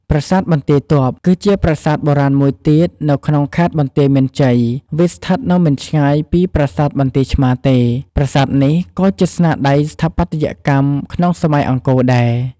ប្រាសាទបន្ទាយទ័ព គឺជាប្រាសាទបុរាណមួយទៀតនៅក្នុងខេត្តបន្ទាយមានជ័យ វាស្ថិតនៅមិនឆ្ងាយពីប្រាសាទបន្ទាយឆ្មារទេ ប្រាសាទនេះក៏ជាស្នាដៃស្ថាបត្យកម្មក្នុងសម័យអង្គរដែរ។